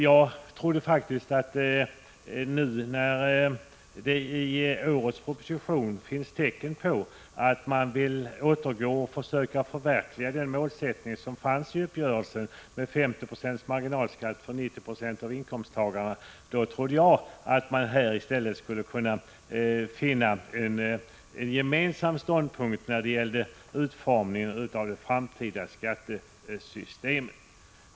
Jag trodde faktiskt att vi nu, när det i årets skatteproposition finns tecken på att regeringen vill återgå till att försöka förverkliga målsättningen i uppgörelsen, dvs. 50 9 marginalskatt för 90 20 av inkomsttagarna, skulle kunna finna en gemensam ståndpunkt när det gäller utformningen av det framtida skattesystemet.